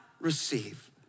receive